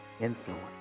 Influence